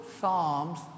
psalms